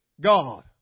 God